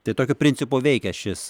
tai tokiu principu veikia šis